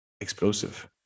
explosive